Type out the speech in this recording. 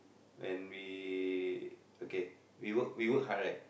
when we okay we work we work hard right